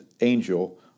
angel